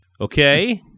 Okay